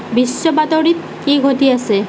বিশ্ব বাতৰিত কি ঘটি আছে